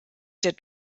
der